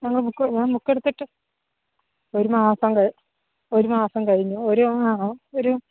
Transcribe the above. ഞങ്ങൾ ബുക്ക് ഞാൻ ബുക്ക് എടുത്തിട്ട് ഒരു മാസം ഒരു മാസം കഴിഞ്ഞു ഒരു ഒരു